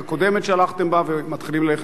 בה ומתחילים ללכת מעכשיו בדרך חדשה?